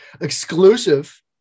exclusive